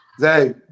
Zay